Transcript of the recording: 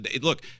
look